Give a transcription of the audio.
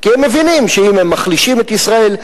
כי הם מבינים שאם הם מחלישים את ישראל,